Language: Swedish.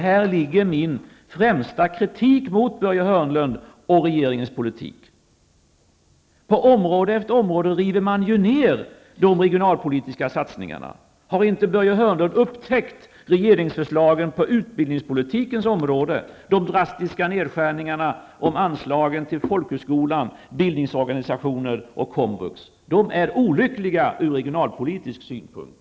Här ligger min starkaste kritik mot Börje Hörnlunds och regeringens politik. På område efter område river man ju ned de regionalpolitiska satsningarna. Har inte Börje Hörnlund upptäckt regeringsförslagen på utbildningspolitikens område, de drastiska nedskärningarna av anslagen till folkhögskolan, bildningsorganisationerna och komvux? De är olyckliga från regionalpolitisk synpunkt.